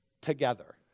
together